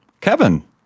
Kevin